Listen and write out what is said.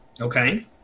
Okay